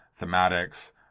thematics